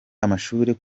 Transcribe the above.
amashure